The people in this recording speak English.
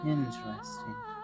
Interesting